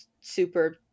super